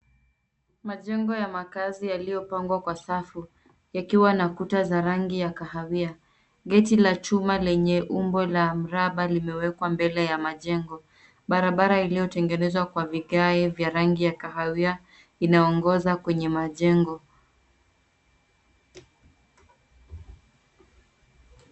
Majengo ya makazi yaliyopangwa kwa safu yakiwa na kuta za rangi ya kahawia. Ngeti la chuma lenye umbo la mramba limewekwa mbele ya majengo. Barabara iliyotengenezwa kwa vigae vya rangi ya kahawia inaongoza kwenye majengo.